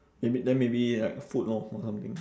then ma~ then maybe like food lor or something